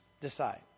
decide